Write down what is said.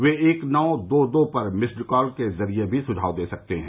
वे एक नो दो दो पर मिस्ड कॉल के जरिए भी सुझाव दे सकते हैं